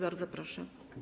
Bardzo proszę.